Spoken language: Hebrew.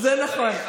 זה נכון,